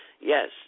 Yes